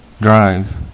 Drive